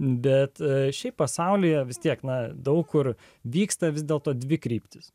bet šiaip pasaulyje vis tiek na daug kur vyksta vis dėlto dvi kryptys